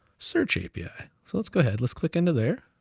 search api. so let's go ahead. let's click into there.